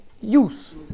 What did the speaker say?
use